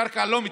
קרקע לא מתאדה.